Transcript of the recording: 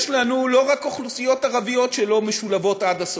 יש לנו לא רק אוכלוסיות ערביות שלא משולבות עד הסוף,